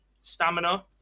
stamina